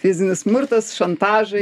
fizinis smurtas šantažai